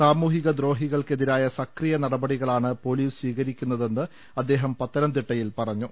സാമൂഹിക ദ്രോഹികൾക്ക് എതിരായ സക്രിയ നടപടികളാണ് പോലീസ് സ്വീകരിക്കുന്നതെന്ന് അദ്ദേഹം പത്തനംതിട്ടയിൽ പറഞ്ഞു